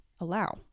allow